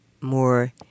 more